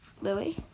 Louis